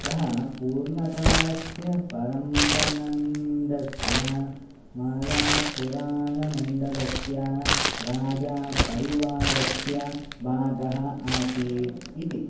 सः पूर्वकालस्य परम्पनण्डस्य मालापुराणमण्डलस्य राजापरिवारस्य भागः असीत् इति